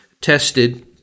tested